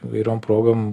įvairiom progom